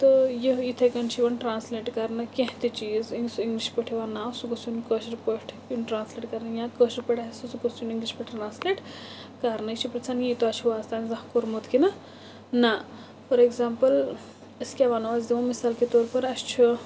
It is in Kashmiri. تہٕ یہِ یِتھَے کٔنۍ چھِ یِم ٹرٛانٕسلیٹ کَرنہٕ کیٚنٛہہ تہِ چیٖز اِنٛگلِش پٲٹھۍ وَنٛنہٕ آو سُہ گوٚژھ یُن کٲشٕر پٲٹھۍ یُن ٹرٛانٕسلیٹ کَرنہٕ یا کٲشٕر پٲٹھۍ آسہِ سُہ گوژھ یُن اِنٛگلِش پٲٹھۍ ٹرٛنٕسلیٹ کَرنہٕ یہِ چھِ پرٛژھان یی تۄہہِ چھُوا آز تام زانٛہہ کوٚرمُت کِنہٕ نَہ فار اٮ۪کزامپٕل أسۍ کیٛاہ وَنو أسۍ دِمو مِثال کے طور پر اَسہِ چھُ